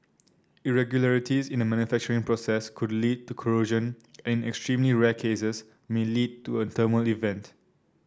irregularities in the manufacturing process could lead to corrosion and in extremely rare cases may lead to a thermal event